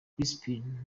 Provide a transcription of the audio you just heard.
chrispin